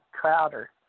Crowder